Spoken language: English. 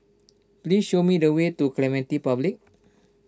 please show me the way to Clementi Public